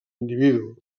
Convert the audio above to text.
individu